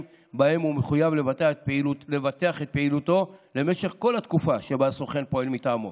שבהם הוא מחויב לבטח את פעילותו למשך כל התקופה שבה הסוכן פועל מטעמו.